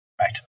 right